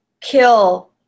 kill